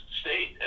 state